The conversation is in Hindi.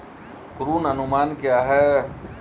ऋण अनुमान क्या है?